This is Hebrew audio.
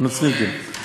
אבל הנוצרים כן.